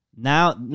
now